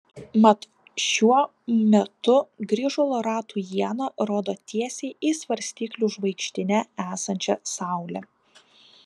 mat šiuo metu grįžulo ratų iena rodo tiesiai į svarstyklių žvaigždyne esančią saulę